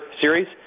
series